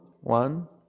One